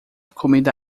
comida